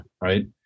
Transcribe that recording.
right